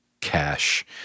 cash